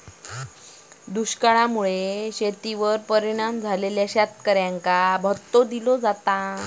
दुष्काळा मुळे शेतीवर परिणाम झालेल्या शेतकऱ्यांका भत्तो दिलो जाता